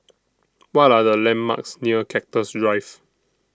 What Are The landmarks near Cactus Drive